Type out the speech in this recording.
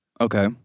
Okay